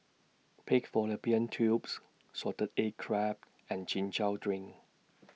Pig Fallopian Tubes Salted Egg Crab and Chin Chow Drink